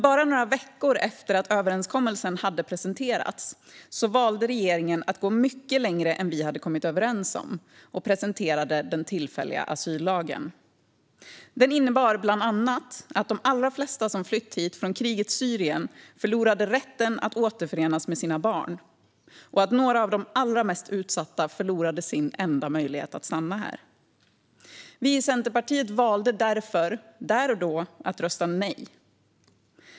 Bara några veckor efter att överenskommelsen hade presenterats valde regeringen att gå mycket längre än vi hade kommit överens om och presenterade den tillfälliga asyllagen. Den innebar bland annat att de allra flesta som flytt hit från krigets Syrien förlorade rätten att återförenas med sina barn och att några av de allra mest utsatta förlorade sin enda möjlighet att stanna här. Vi i Centerpartiet valde därför, där och då, att rösta nej.